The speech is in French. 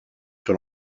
sur